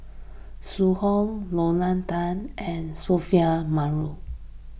Zhu Hong Lorna Tan and Sophia